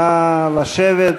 נא לשבת,